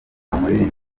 umuririmbyi